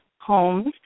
homes